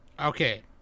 Okay